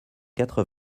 quatre